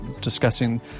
discussing